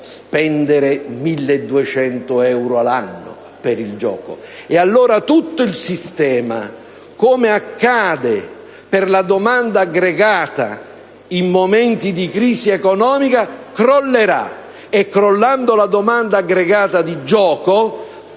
spendere 1.200 euro l'anno per il gioco. Allora tutto il sistema, come accade per la domanda aggregata in momenti di crisi economica, crollerà, e crollando la domanda aggregata di gioco